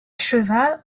cheval